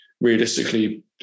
realistically